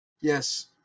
Yes